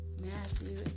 Matthew